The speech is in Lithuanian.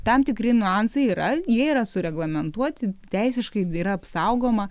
tam tikri niuansai yra jie yra sureglamentuoti teisiškai yra apsaugoma